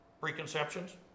preconceptions